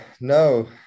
no